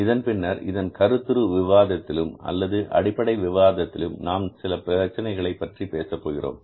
இதன்பின்னர் இதன் கருத்துரு விவாதத்திலும் அல்லது அடிப்படை விவாதத்திலும் நாம் சில பிரச்சினைகளைப் பற்றி பேசப்போகிறோம்